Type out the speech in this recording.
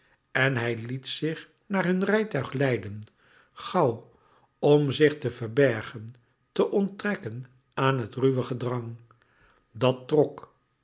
en hij liet zich naar hun rijtuig leiden gauw om zich te verbergen te onttrekken aan het ruwe gedrang dat trok